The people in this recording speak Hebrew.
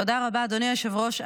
תודה רבה, אדוני היושב-ראש.